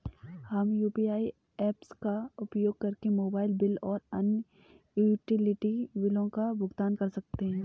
हम UPI apps का उपयोग करके मोबाइल बिल और अन्य यूटिलिटी बिलों का भुगतान कर सकते हैं